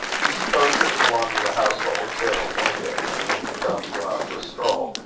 he supposed her to belong to the household, till, one day, feeling compelled to go out for a stroll,